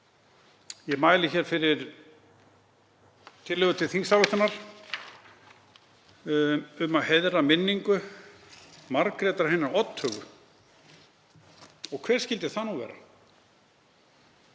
Ég mæli fyrir tillögu til þingsályktunar um að heiðra minningu Margrétar hinnar oddhögu. Og hver skyldi það nú vera?